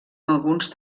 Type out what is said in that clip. alguns